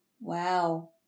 Wow